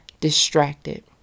distracted